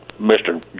Mr